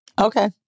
Okay